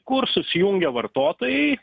kur susijungia vartotojai